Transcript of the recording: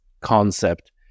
concept